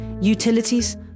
utilities